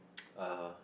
uh